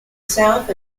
south